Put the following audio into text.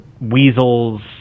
weasels